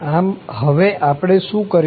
આમ હવે આપણે શું કરીશું